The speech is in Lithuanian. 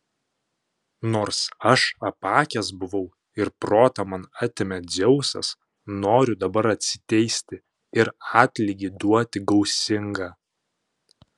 nors aš apakęs buvau ir protą man atėmė dzeusas noriu dabar atsiteisti ir atlygį duoti gausingą